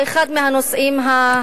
הנשים.